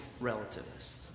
relativists